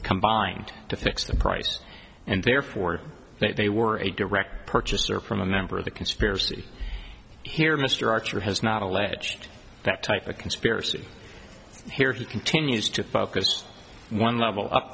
combined to fix the price and therefore they were a direct purchaser from a member of the conspiracy here mr archer has not alleged that type of conspiracy here he continues to focus on one level up